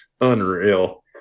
Unreal